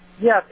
Yes